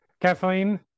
Kathleen